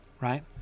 Right